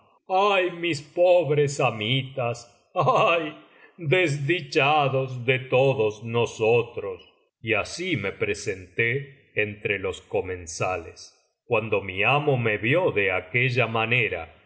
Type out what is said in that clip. mis pobres amitas ay desdichados de todos nosotros y así me presenté entre los comensales cuando mi amo me vio de aquella manera